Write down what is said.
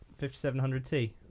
5700T